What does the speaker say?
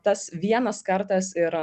tas vienas kartas ir